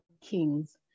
kings